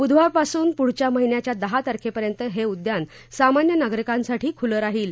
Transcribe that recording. बुधवारपासून पुढच्या महिन्याच्या दहा तारखेपर्यंत हे उद्यान सामान्य नागरिकांसाठी खुलं राहील